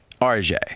RJ